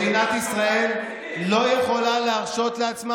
מדינת ישראל לא יכולה להרשות לעצמה